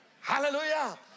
Hallelujah